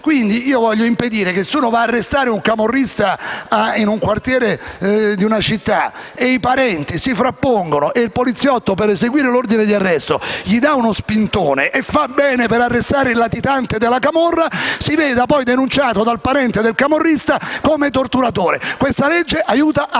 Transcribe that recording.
un esponente delle Forze dell'ordine va ad arrestare un camorrista nel quartiere di una città e i parenti si frappongono, il poliziotto, che per eseguire l'ordine d'arresto gli dà uno spintone (e fa bene, dovendo arrestare un latitante della camorra), si veda poi denunciato dal parente del camorrista come torturatore. Questa legge aiuta anche